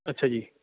ਅੱਛਾ ਜੀ